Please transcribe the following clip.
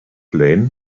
lane